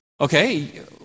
Okay